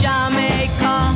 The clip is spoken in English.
Jamaica